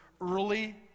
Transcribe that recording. early